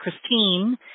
Christine